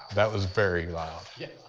that was very loud. yeah.